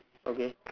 okay